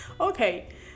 Okay